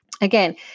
Again